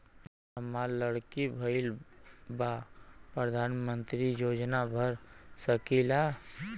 हमार लड़की भईल बा प्रधानमंत्री योजना भर सकीला?